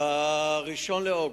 ב-1 באוגוסט,